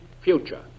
future